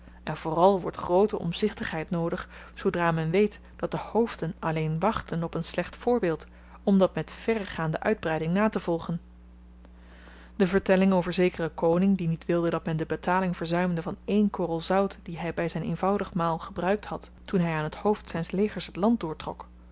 en vooral wordt groote omzichtigheid noodig zoodra men weet dat de hoofden alleen wachten op een slecht voorbeeld om dat met verregaande uitbreiding natevolgen de vertelling over zekeren koning die niet wilde dat men de betaling verzuimde van één korrel zout die hy by zyn eenvoudig maal gebruikt had toen hy aan t hoofd zyns legers het land